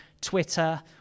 Twitter